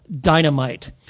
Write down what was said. dynamite